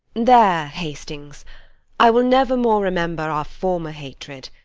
there, hastings i will never more remember our former hatred,